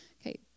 Okay